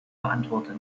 beantworten